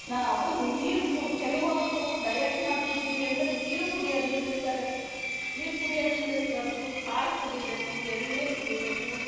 ನಾವು ನೀರು ಕು ಕೆಲವೊಬ್ಬರು ಡಯಟ್ ಮಾಡ್ತಿದ್ದೀವಿ ಅಂತ ನೀರು ಕುಡಿಯೋದು ನಿಲ್ಲಿಸ್ತಾರೆ ನೀರು ಕುಡಿಯೋದು ನಿಲ್ಲಿಸಬಾರ್ದು ಹಾಲು ಕುಡಿಬೇಕು ಎಳನೀರು ಕುಡಿಬೇಕು